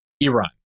Iran